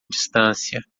distância